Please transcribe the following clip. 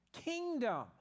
kingdom